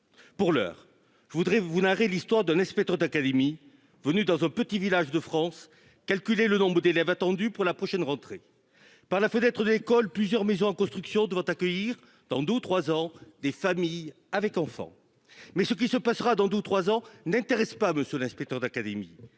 Pour l'heure, je voudrais vous narrer l'histoire d'un inspecteur d'académie venu dans un petit village de France, calculer le nombre d'élèves attendus pour la prochaine rentrée par la fenêtre d'école plusieurs maisons en construction doit accueillir dans 2 ou 3 ans. Des familles avec enfants. Mais ce qui se passera dans 2 ou 3 ans n'intéresse pas monsieur l'inspecteur d'académie